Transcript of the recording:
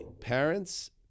parents